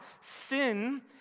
sin